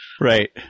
Right